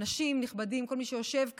אנשים נכבדים, כל מי שיושב כאן,